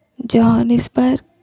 Johannesburg